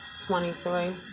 twenty-three